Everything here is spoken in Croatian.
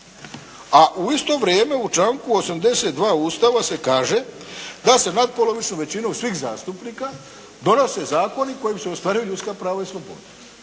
A u isto vrijeme u članku 82. Ustava se kaže da se natpolovičnom većinom svih zastupnika donose zakoni kojim se ostvaruju ljudska prava i slobode.